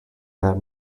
that